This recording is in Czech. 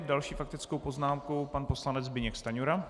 S další faktickou poznámkou pan poslanec Zbyněk Stanjura.